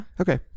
Okay